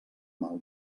mal